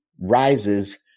rises